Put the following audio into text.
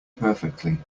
perfectly